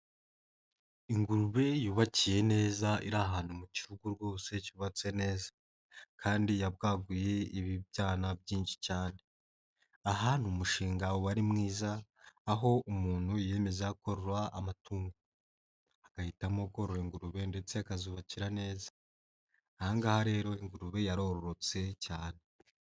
Ingurube yubakiye neza iri ahantu mu kigo rwose cyubatse neza kandi yabwaguye ibibyana byinshi cyane. Aha, ni umushinga wari mwiza aho umuntu yiyemeza korora amatungo agahitamo korora ingurube ndetse akazubakira neza. Aha ngaha rero ingurube yarorotse cyane.